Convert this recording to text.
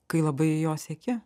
kai labai jo sieki